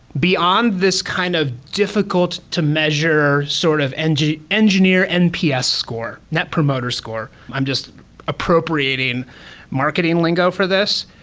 beyond this kind of difficult to measure sort of engineer engineer nps score, net promoter score. i'm just appropriating marketing lingo for this.